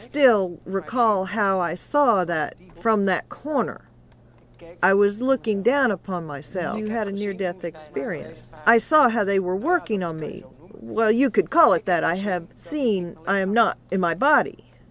still recall how i saw that from that corner i was looking down upon myself who had a near death experience i saw how they were working on me well you could call it that i have seen i am not in my body